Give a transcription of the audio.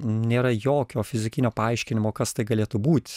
nėra jokio fizikinio paaiškinimo kas tai galėtų būt